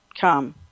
come